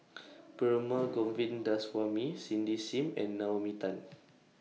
Perumal Govindaswamy Cindy SIM and Naomi Tan